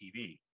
TV